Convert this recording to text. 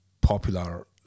popular